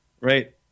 right